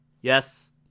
yes